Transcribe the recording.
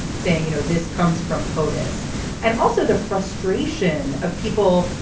saying, you know, this comes from potus and also the frustration of people,